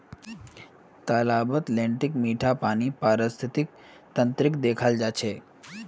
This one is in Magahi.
तालाबत लेन्टीक मीठा पानीर पारिस्थितिक तंत्रक देखाल जा छे